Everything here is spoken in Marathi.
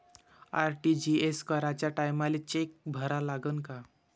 आर.टी.जी.एस कराच्या टायमाले चेक भरा लागन का?